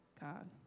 God